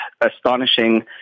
astonishing